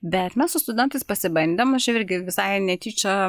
bet mes su studentais pasibandėm aš jau irgi visai netyčia